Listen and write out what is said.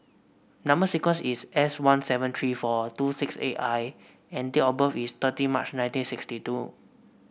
number sequence is S one seven three four two six eight I and date of birth is thirty March nineteen sixty two